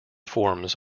forms